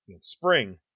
Spring